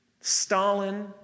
Stalin